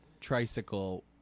tricycle